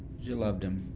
she loved them,